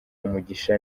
umugisha